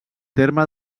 terme